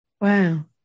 Wow